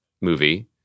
movie